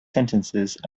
sentences